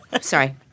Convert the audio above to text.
Sorry